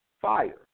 fire